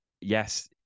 yes